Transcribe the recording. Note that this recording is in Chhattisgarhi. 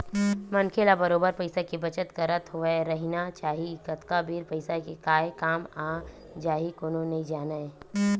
मनखे ल बरोबर पइसा के बचत करत होय रहिना चाही कतका बेर पइसा के काय काम आ जाही कोनो नइ जानय